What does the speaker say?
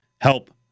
help